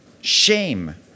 shame